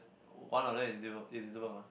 one of them is Libeth Elizabeth mah